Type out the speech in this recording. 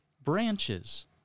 branches